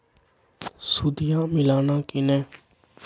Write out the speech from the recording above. सुदिया मिलाना की नय?